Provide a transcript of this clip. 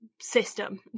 system